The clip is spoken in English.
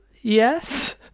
Yes